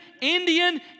Indian